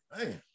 hey